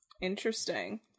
interesting